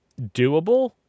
doable